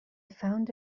found